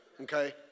Okay